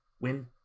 win